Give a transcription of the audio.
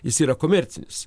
jis yra komercinis